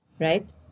right